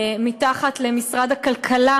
ממשרד הכלכלה,